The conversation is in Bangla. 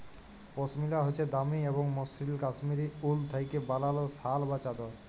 পশমিলা হছে দামি এবং মসৃল কাশ্মীরি উল থ্যাইকে বালাল শাল বা চাদর